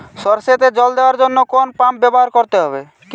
সরষেতে জল দেওয়ার জন্য কোন পাম্প ব্যবহার করতে হবে?